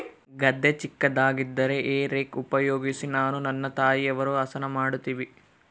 ಗದ್ದೆ ಚಿಕ್ಕದಾಗಿದ್ದರೆ hay rake ಉಪಯೋಗಿಸಿ ನಾನು ನನ್ನ ತಾಯಿಯವರು ಹಸನ ಮಾಡುತ್ತಿವಿ